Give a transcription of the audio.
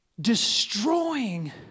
destroying